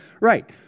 right